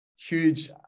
Huge